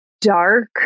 dark